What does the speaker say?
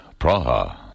Praha